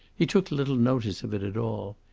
he took little notice of it at all.